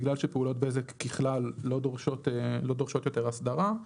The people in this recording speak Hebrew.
בגלל שפעולות בזק ככלל לא דורשות יותר אסדרה.